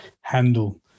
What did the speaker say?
handle